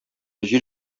җил